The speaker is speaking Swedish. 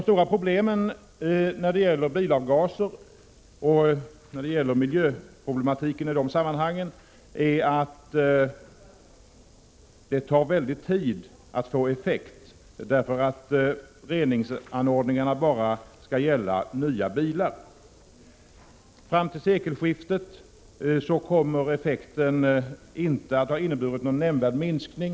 När det gäller bilavgaser och miljöproblematiken är en av de stora svårigheterna att det tar tid att få någon effekt, eftersom reningsanordningarna bara skall gälla nya bilar. Fram till sekelskiftet blir alltså effekten inte någon nämnvärd minskning.